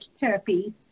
therapy